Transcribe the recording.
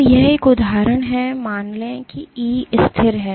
तो यह एक उदाहरण है मान लें कि E स्थिर है